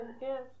Yes